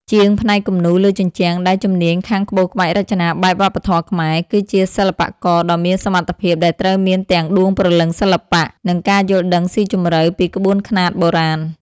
ជាងផ្នែកគំនូរលើជញ្ជាំងដែលជំនាញខាងក្បូរក្បាច់រចនាបែបវប្បធម៌ខ្មែរ គឺជាសិល្បករដ៏មានសមត្ថភាពដែលត្រូវមានទាំងដួងព្រលឹងសិល្បៈ និងការយល់ដឹងស៊ីជម្រៅពីក្បួនខ្នាតបុរាណ។